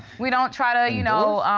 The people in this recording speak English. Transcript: we don't try to, you know,